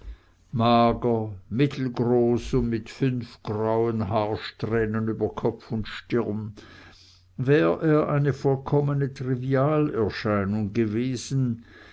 mager mittelgroß und mit fünf grauen haarsträhnen über kopf und stirn wär er eine vollkommene trivialerscheinung gewesen